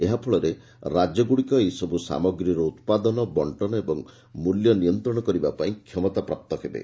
ଏହାଫଳରେ ରାଜ୍ୟଗ୍ରଡ଼ିକ ଏସବ୍ ସାମଗ୍ରୀର ଉତ୍ପାଦନ ବଣ୍ଟନ ଏବଂ ମ୍ବଲ୍ୟ ନିୟନ୍ତ୍ରଣ କରିବାପାଇଁ କ୍ଷମତାପ୍ରାପ୍ତ ହେବେ